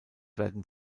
werden